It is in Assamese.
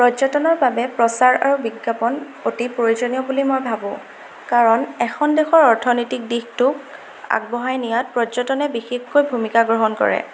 পৰ্যটনৰ বাবে প্ৰচাৰ আৰু বিজ্ঞাপন অতি প্ৰয়োজনীয় বুলি মই ভাবোঁ কাৰণ এখন দেশৰ অৰ্থনৈতিক দিশটোক আগবঢ়াই নিয়াত পৰ্যটনে বিশেষকৈ ভূমিকা গ্ৰহণ কৰে